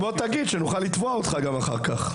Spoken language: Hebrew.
בוא תגיד שנוכל לתבוע אותך גם אחר כך.